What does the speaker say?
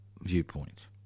viewpoint